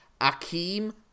Akeem